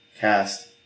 cast